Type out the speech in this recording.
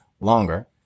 longer